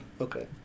Okay